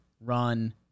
run